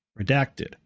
Redacted